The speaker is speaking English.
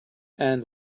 and